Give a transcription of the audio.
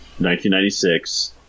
1996